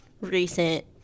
recent